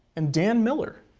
and dan miller.